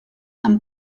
han